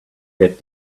get